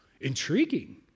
intriguing